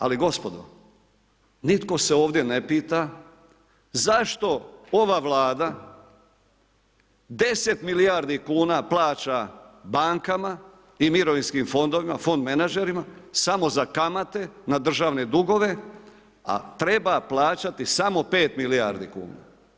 Ali gospodo nitko se ovdje ne pita, zašto ova Vlada 10 milijardi kuna plaća bankama i mirovinskim fondovima, fond-menadžerima samo za kamate na državne dugove, a treba plaćati samo 5 milijardi kuna?